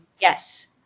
Yes